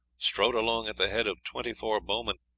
strode along at the head of twenty-four bowmen,